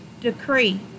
decree